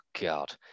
God